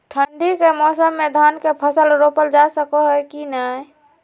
ठंडी के मौसम में धान के फसल रोपल जा सको है कि नय?